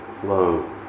flow